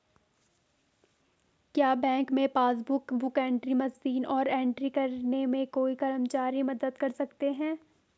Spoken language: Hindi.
क्या बैंक में पासबुक बुक एंट्री मशीन पर एंट्री करने में कोई कर्मचारी मदद कर सकते हैं?